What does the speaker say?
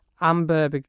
Amber